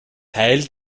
teil